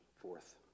Fourth